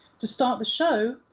to start the show,